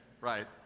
right